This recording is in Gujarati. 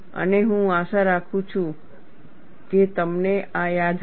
અને હું આશા રાખું છું કે તમને આ યાદ હશે